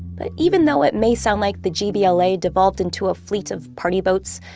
but even though it may sound like the gbla devolved into a fleet of party boats,